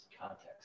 context